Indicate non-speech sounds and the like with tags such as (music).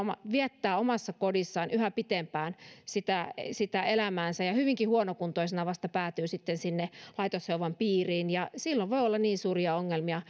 viettää omassa kodissaan yhä pitempään sitä elämäänsä ja hyvinkin huonokuntoisena vasta päätyy sinne laitoshoivan piiriin silloin voi olla niin suuria ongelmia (unintelligible)